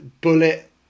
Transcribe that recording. Bullet